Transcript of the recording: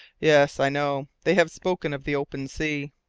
yes, i know they have spoken of the open sea.